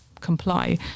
comply